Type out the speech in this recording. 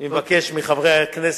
אני מבקש מחברי הכנסת,